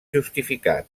justificat